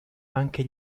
anche